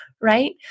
right